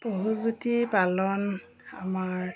পশুজ্যোতি পালন আমাৰ